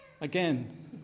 again